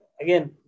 Again